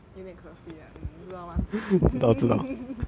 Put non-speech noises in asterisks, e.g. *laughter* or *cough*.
有一点可惜 eh 你知道吗 *laughs*